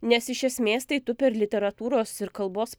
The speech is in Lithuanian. nes iš esmės tai tu per literatūros ir kalbos